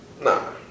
Nah